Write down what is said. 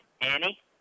Annie